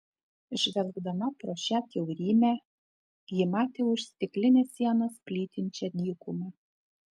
žvelgdama pro šią kiaurymę ji matė už stiklinės sienos plytinčią dykumą